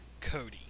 Cody